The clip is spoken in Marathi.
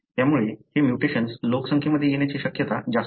त्यामुळे हे म्युटेशन्स लोकसंख्येमध्ये येण्याची शक्यता जास्त आहे